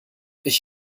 ich